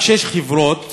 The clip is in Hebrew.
רק שש חברות